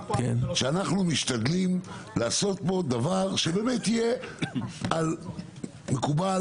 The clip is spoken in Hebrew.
שאנחנו משתדלים לעשות פה דבר שבאמת יהיה מקובל